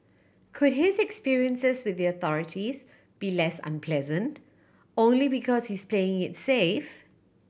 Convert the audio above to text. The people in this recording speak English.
could his experiences with the authorities be less unpleasant only because he's played it safe